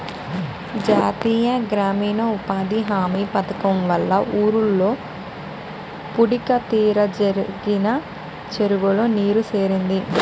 జాతీయ గ్రామీణ ఉపాధి హామీ పధకము వల్ల ఊర్లో పూడిక తీత జరిగి చెరువులో నీరు సేరింది